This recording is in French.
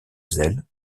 zèle